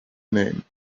name